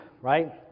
right